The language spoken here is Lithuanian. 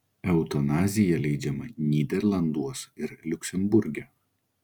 eutanazija leidžiama nyderlanduos ir liuksemburge